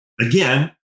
again